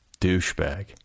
douchebag